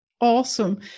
awesome